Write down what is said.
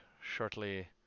shortly